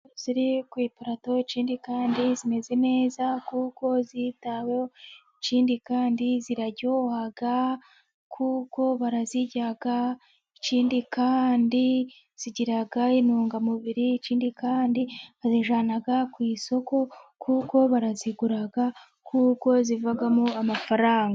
..ziri ku parato. Ikindi kandi zimeze neza kuko zitaweho. Ikindi kandi ziraryoha kuko barazirya. Ikindi kandi zigiraga intungamubiri. Ikindi kandi bazijyana ku isoko kuko barazigura, kuko zivamo amafaranga.